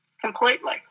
Completely